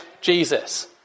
Jesus